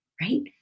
right